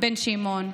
בן שמעון,